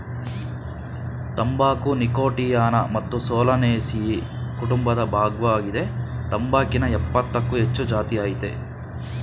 ತಂಬಾಕು ನೀಕೋಟಿಯಾನಾ ಮತ್ತು ಸೊಲನೇಸಿಯಿ ಕುಟುಂಬದ ಭಾಗ್ವಾಗಿದೆ ತಂಬಾಕಿನ ಯಪ್ಪತ್ತಕ್ಕೂ ಹೆಚ್ಚು ಜಾತಿಅಯ್ತೆ